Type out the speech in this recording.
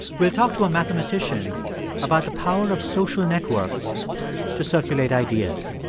we'll talk to a mathematician about the power of social networks to circulate ideas.